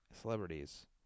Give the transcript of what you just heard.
celebrities